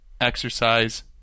exercise